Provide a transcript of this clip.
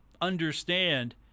understand